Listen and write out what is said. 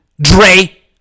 Dre